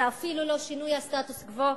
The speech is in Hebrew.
זה אפילו לא שינוי הסטטוס-קוו,